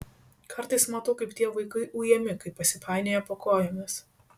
kartais matau kaip tie vaikai ujami kai pasipainioja po kojomis